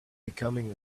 becoming